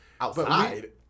Outside